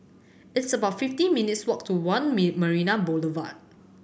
it's about fifty minutes' walk to One Marina Boulevard